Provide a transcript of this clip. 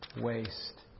waste